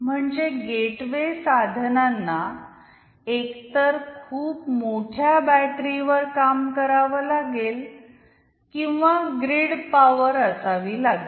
म्हणजे गेटवे साधनांना एकतर खूप मोठ्या बॅटरीवर काम करावे लागेल किंवा ग्रीड पॉवर असावी लागेल